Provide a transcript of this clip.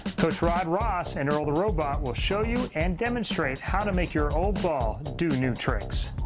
coach rod ross and earl the robot will show you and demonstrate how to make your old ball do new tricks.